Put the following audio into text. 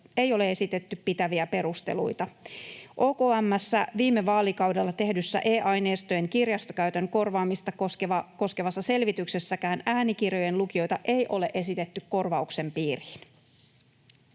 ei ole esitetty pitäviä perusteluita. OKM:ssä viime vaalikaudella tehdyssä e-aineistojen kirjastokäytön korvaamista koskevassa selvityksessäkään äänikirjojen lukijoita ei ole esitetty korvauksen piiriin.